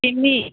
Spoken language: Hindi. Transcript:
टिंडी